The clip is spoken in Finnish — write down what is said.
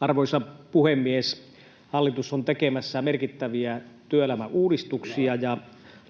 Arvoisa puhemies! Hallitus on tekemässä merkittäviä työelämän uudistuksia ja on